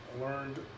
learned